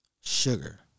Sugar